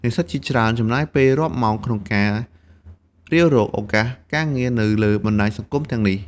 និស្សិតជាច្រើនចំណាយពេលរាប់ម៉ោងក្នុងការរាវរកឱកាសការងារនៅលើបណ្ដាញសង្គមទាំងនេះ។